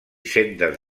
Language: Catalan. sendes